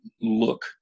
look